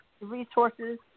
resources